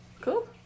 Cool